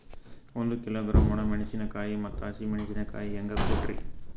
ಒಂದ ಕಿಲೋಗ್ರಾಂ, ಒಣ ಮೇಣಶೀಕಾಯಿ ಮತ್ತ ಹಸಿ ಮೇಣಶೀಕಾಯಿ ಹೆಂಗ ಕೊಟ್ರಿ?